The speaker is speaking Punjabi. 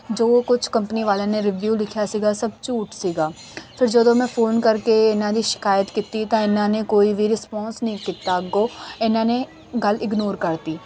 ਜੋ ਕੁਛ ਕੰਪਨੀ ਵਾਲਿਆਂ ਨੇ ਰੀਵਿਊ ਲਿਖਿਆ ਸੀਗਾ ਸਭ ਝੂਠ ਸੀਗਾ ਫਿਰ ਜਦੋਂ ਮੈਂ ਫੋਨ ਕਰਕੇ ਇਨ੍ਹਾਂਦੀ ਸ਼ਿਕਾਇਤ ਕੀਤੀ ਤਾਂ ਇਨ੍ਹਾਂ ਨੇ ਕੋਈ ਵੀ ਰਿਸਪੋਂਸ ਨਹੀਂ ਕੀਤਾ ਅੱਗੋਂ ਇਨ੍ਹਾਂ ਨੇ ਗੱਲ ਇਗਨੋਰ ਕਰਤੀ